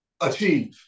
achieve